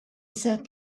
sat